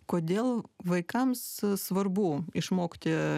kodėl vaikams svarbu išmokti